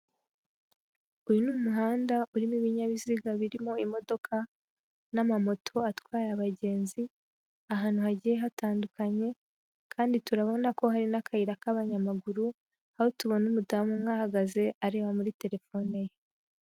Uyu ni umuhanda urimo ibinyabiziga birimo imodoka n'amamoto atwaye abagenzi, ahantu hagiye hatandukanye, kandi turabona ko hari n'akayira k'abanyamaguru, aho tubona umudamu umwe ahagaze areba muri telefone ye.